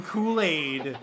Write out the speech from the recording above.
Kool-Aid